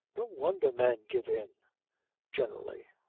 no wonder men give in generally.